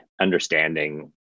understanding